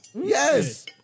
Yes